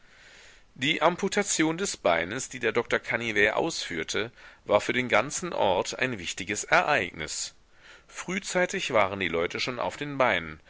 die amputation des beines die der doktor canivet ausführte war für den ganzen ort ein wichtiges ereignis frühzeitig waren die leute schon auf den beinen